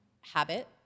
habit